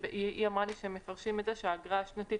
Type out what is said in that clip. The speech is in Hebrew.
היא אמרה לי שמפרשים את זה שהאגרה השנתית